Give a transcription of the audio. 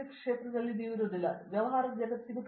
ಪ್ರತಾಪ್ ಹರಿಡೋಸ್ ವ್ಯವಹಾರಕ್ಕಾಗಿ ಹಿಂತಿರುಗಿ ಸರಿ